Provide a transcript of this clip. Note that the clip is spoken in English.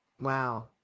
Wow